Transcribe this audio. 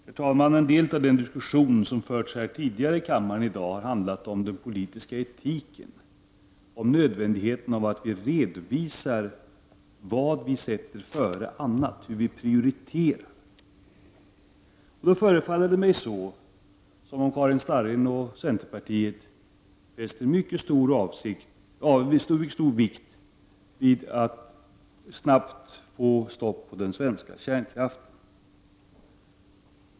Herr talman! En del av den diskussion som har förts tidigare i kammaren i dag har handlat om den politiska etiken, om nödvändigheten av att vi redovisar vad vi sätter före annat, hur vi prioriterar. Det förefaller mig som om Karin Starrin och centerpartiet fäster stor vikt vid att snabbt få stopp på den svenska kärnkraften.